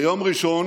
ביום ראשון